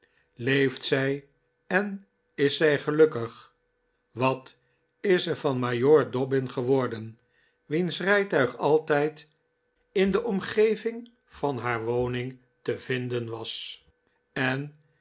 ij en is zij gelukkig wat is er van majoor dobbin geworden wiens rijtuig altijd in de omgeving van haar woning te vinden was en